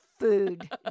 Food